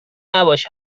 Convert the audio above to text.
نباش